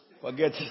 forget